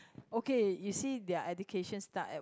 okay you see their education start at